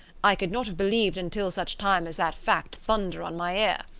i could not have believe until such time as that fact thunder on my ear.